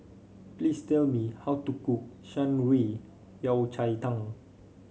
please tell me how to cook Shan Rui Yao Cai Tang